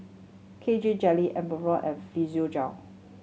K J Jelly Enervon and Physiogel